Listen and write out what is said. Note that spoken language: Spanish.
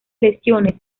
lesiones